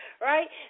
right